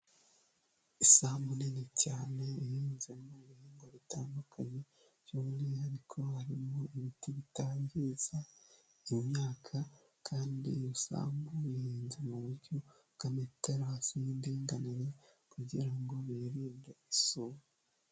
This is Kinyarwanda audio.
Isambu nini cyane ihinzemo ibihingwa bitandukanye by'umwihariko harimo ibiti bitangiza iyo myaka kandi iyo sambu ihinze mu buryo bw'amatarasi y'indinganire kugira ngo birinde isuri.